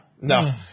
No